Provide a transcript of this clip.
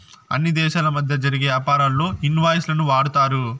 అన్ని దేశాల మధ్య జరిగే యాపారాల్లో ఇన్ వాయిస్ లను వాడతారు